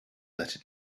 that